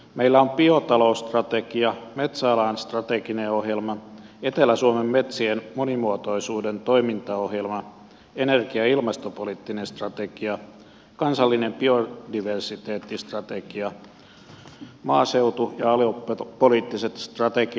meillä on biotalousstrategia metsäalan strateginen ohjelma etelä suomen metsien monimuotoisuuden toimintaohjelma energia ja ilmastopoliittinen strategia kansallinen biodiversiteettistrategia maaseutu ja aluepoliittiset strategiat ja ohjelmat